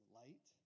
light